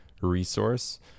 resource